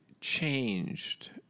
changed